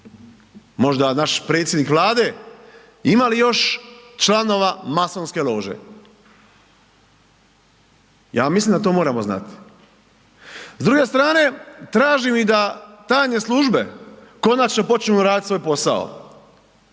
možda naš predsjednik Vlade, ima li još članova masonske lože? Ja mislim da to moramo znati. S druge strane, tražim i da tajne službe konačno počnu raditi svoj posao.